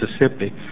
Mississippi